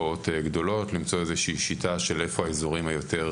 אבל הנסיבות והעניינים שבתקופה האחרונה הולכים ומתרבים,